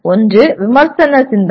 ஒன்று விமர்சன சிந்தனை